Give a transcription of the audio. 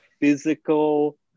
physical